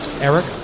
Eric